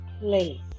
place